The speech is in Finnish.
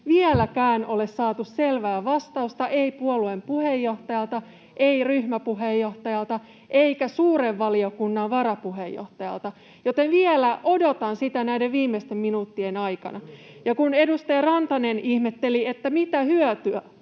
vieläkään ole saatu selvää vastausta — ei puolueen puheenjohtajalta, ei ryhmäpuheenjohtajalta eikä suuren valiokunnan varapuheenjohtajalta. Joten vielä odotan sitä näiden viimeisten minuuttien aikana. Ja kun edustaja Rantanen ihmetteli, mitä hyötyä